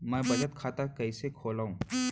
मै बचत खाता कईसे खोलव?